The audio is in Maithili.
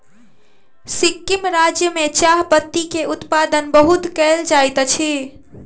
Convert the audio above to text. सिक्किम राज्य में चाह पत्ती के उत्पादन बहुत कयल जाइत अछि